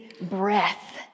breath